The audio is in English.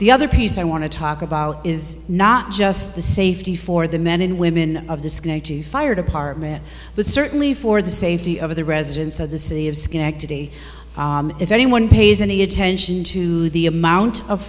the other piece i want to talk about is not just the safety for the men and women of the fire department but certainly for the safety of the residents of the city of schenectady if anyone pays any attention to the amount of